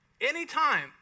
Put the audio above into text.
anytime